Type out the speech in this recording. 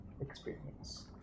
experience